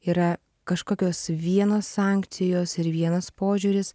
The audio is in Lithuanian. yra kažkokios vienos sankcijos ir vienas požiūris